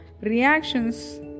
reactions